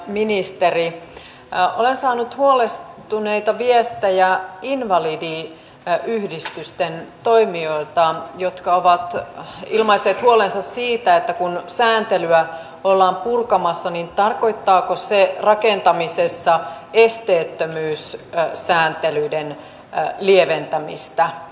hyvä ministeri olen saanut huolestuneita viestejä invalidiyhdistysten toimijoilta jotka ovat ilmaisseet huolensa siitä että kun sääntelyä ollaan purkamassa niin tarkoittaako se rakentamisessa esteettömyyssääntelyiden lieventämistä